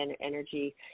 energy